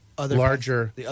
Larger